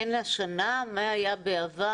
אין השנה, מה היה בעבר.